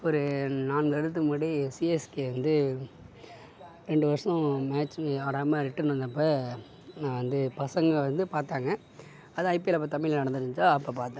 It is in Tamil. ஒரு நாலு மணி நேரத்துக்கு முன்னாடி சிஎஸ்கே வந்து ரெண்டு வர்ஷம் மேட்ச் ஆடாமல் ரிட்டன் வந்தப்போ நான் வந்து பசங்கள் வந்து பார்த்தாங்க அது ஐபிஎல் அப்போ தமிழில் நடந்திருந்துதா அப்போ பார்த்தேன்